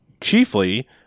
chiefly